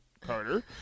Carter